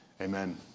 amen